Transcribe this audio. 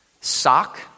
sock